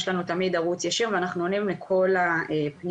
יש לנו תמיד ערוץ ישיר ואנחנו עונים לכל הפניות.